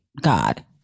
God